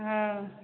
हँ